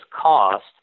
cost